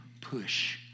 push